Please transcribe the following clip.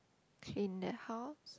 clean their house